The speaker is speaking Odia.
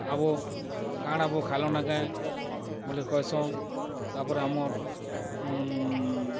ଆବୋ କା'ଣା ବୋ ଖାଏଲନ କେଁ ବୋଲି କହେସନ୍ ତା'ର୍ପରେ ଆମର୍